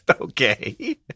Okay